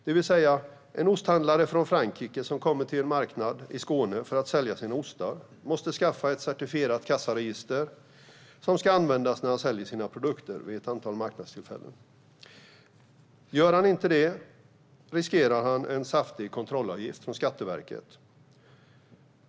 Det innebär att en osthandlare från Frankrike som kommer till en marknad i Skåne för att sälja sina ostar måste skaffa ett certifierat kassaregister som ska användas när han säljer sina produkter vid ett antal marknadstillfällen. Om han inte gör det riskerar han en saftig kontrollavgift från Skatteverket.